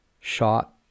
Shot